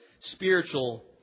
spiritual